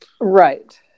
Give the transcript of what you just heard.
Right